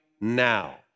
now